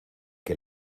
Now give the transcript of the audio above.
que